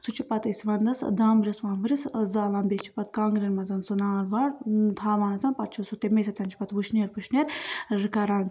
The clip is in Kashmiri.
سُہ چھِ پَتہٕ أسۍ وَنٛدَس ٲں دامبرِس وامبرِس ٲں زالان بیٚیہِ چھِ پَتہٕ کانٛگریٚن منٛز سُہ نار وار تھاوان پَتہٕ چھِ سُہ تَمے سۭتۍ چھِ پَتہٕ وُشنیر پُشنیر ٲں کَران